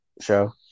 Show